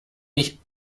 nicht